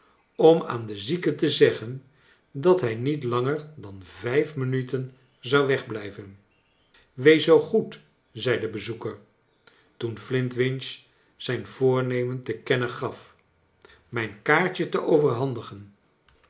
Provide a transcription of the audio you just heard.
om aan de zieke te zeggen dat hij niet langer dan vijf minute n zou wegblijven wees zoo goed zei de bezoeker toen flintwinch zijn voornemen te kennen gaf mijn kaartje te overhandigen